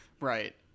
Right